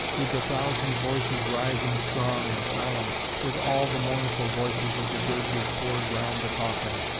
with the thousand voices rising strong and solemn, with all the mournful voices of the dirges pour'd around the coffin,